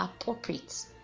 appropriate